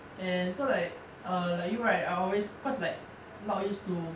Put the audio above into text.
and so like err like you right I always cause like not used to